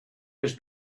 his